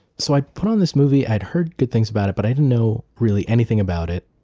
so i put on this movie. i had heard good things about it, but i didn't know, really, anything about it,